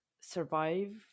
survive